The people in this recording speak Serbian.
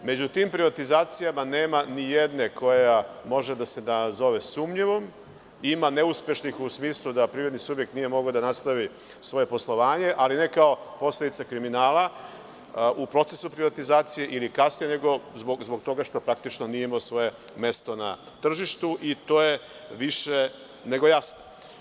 Među tim privatizacijama nema ni jedne koja može da se nazove sumnjivom, ima neuspešnih u smislu da privredni subjekt nije mogao da nastavi svoje poslovanje, ali ne kao posledica kriminala u procesu privatizacije ili kasnije, nego zbog toga što praktično nije imao svoje mesto na tržištu i to je više nego jasno.